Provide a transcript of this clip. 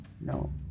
No